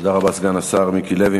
תודה רבה, סגן השר מיקי לוי.